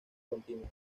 continuas